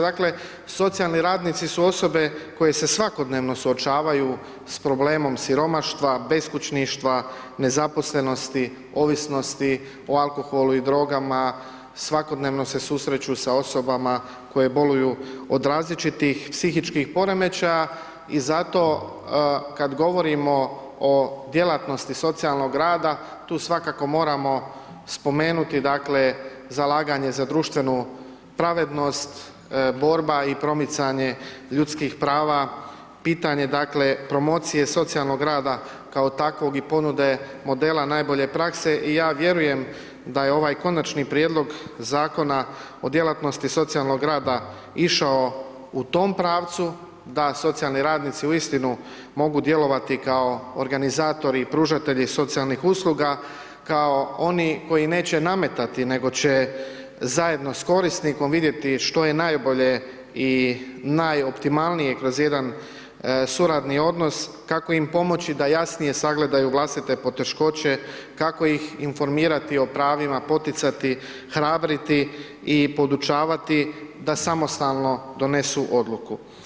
Dakle, socijalni radnici su osobe koje se svakodnevno suočavaju s problemom siromaštva, beskućništva, nezaposlenosti, ovisnosti o alkoholu i drogama, svakodnevno se susreću sa osobama koje boluju od različitih psihičkih poremećaja i zato kad govorimo o djelatnosti socijalnog rada tu svakako moramo spomenuti dakle zalaganje za društvenu pravednost, borba i promicanje ljudskih prava, pitanje dakle promocije socijalnog rada kao takvog i ponude modela najbolje prakse i ja vjerujem da je ovaj Konačni prijedlog Zakona o djelatnosti socijalnog rada išao u tom pravcu da socijalni radnici uistinu mogu djelovati kao organizatori i pružatelji socijalnih usluga kao oni koji neće nametati, nego će zajedno s korisnikom vidjeti što je najbolje i najoptimalnije kroz jedan suradni odnos, kako im pomoći da jasnije sagledaju vlastite poteškoće, kako ih informirati o pravima, poticati, hrabriti i podučavati da samostalno donesu odluku.